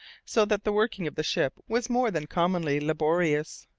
so that the working of the ship was more than commonly laborious.